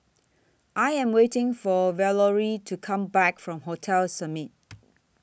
I Am waiting For Valorie to Come Back from Hotel Summit